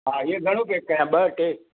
हा हीअ घणो पैक कयां ॿ टे